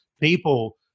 people